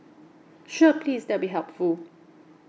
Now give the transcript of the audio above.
sure please that'll be helpful